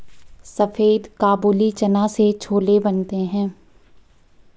सफेद काबुली चना से छोले बनते हैं